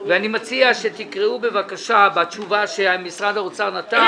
ואני מציע שתקראו בבקשה בתשובה שמשרד האוצר נתן.